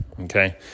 Okay